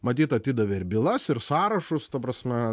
matyt atidavė ir bylas ir sąrašus ta prasme